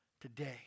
today